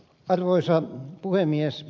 arvoisa puhemies